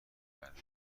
مرد